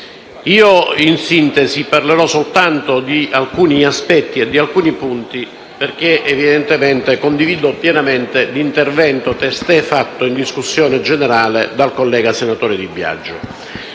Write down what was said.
In sintesi, parlerò solo di alcuni aspetti, perché evidentemente condivido pienamente l'intervento testé fatto, in discussione generale, dal collega senatore Di Biagio.